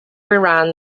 iran